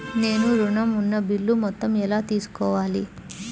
నేను ఋణం ఉన్న బిల్లు మొత్తం ఎలా తెలుసుకోవాలి?